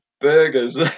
burgers